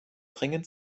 dringend